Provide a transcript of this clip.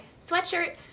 sweatshirt